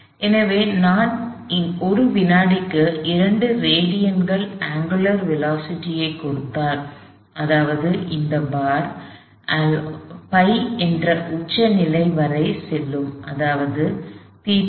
எனவே நான் ஒரு வினாடிக்கு 2 ரேடியன்கள் அங்குலர் திசைவேகத்தை கொடுத்தால் அதாவது இந்த பார் π என்ற உச்ச நிலை வரை செல்லும் அதாவது ϴf π ரேடியன்கள்